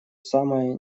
самое